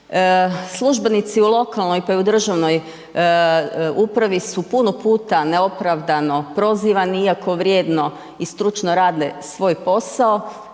službenici u lokalnoj pa i u državnoj upravi su puno puta neopravdano prozivani iako vrijedno i stručno rade svoj posao,